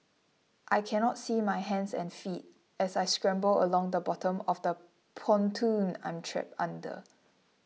I cannot see my hands and feet as I scramble along the bottom of the pontoon I'm trapped under